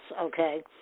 okay